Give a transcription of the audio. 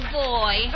boy